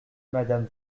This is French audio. madame